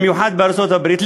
במיוחד בארצות-הברית,